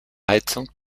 heizung